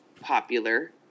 popular